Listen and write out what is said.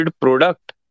product